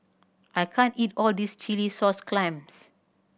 I can't eat all this chilli sauce clams